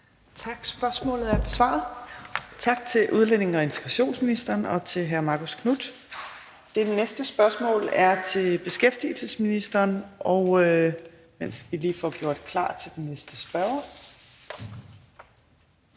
Tak. Spørgsmålet er besvaret. Tak til udlændinge- og integrationsministeren og til hr. Marcus Knuth. Det næste spørgsmål er til beskæftigelsesministeren, og mens vi lige får gjort klar til den næste spørger,